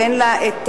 ואין לה המניע,